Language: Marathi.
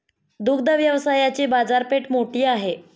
दुग्ध व्यवसायाची बाजारपेठ मोठी आहे